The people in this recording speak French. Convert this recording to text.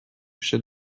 chef